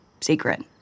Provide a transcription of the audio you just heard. secret